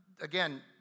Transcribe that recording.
Again